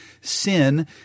sin